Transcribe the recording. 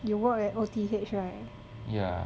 you work at O_T_H right